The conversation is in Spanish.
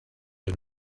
del